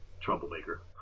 troublemaker